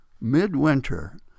Midwinter